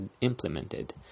implemented